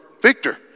Victor